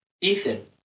Ethan